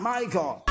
Michael